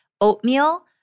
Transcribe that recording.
oatmeal